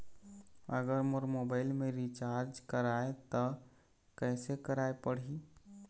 अगर मोर मोबाइल मे रिचार्ज कराए त कैसे कराए पड़ही?